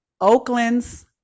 Oakland's